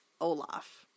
Olaf